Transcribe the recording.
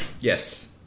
Yes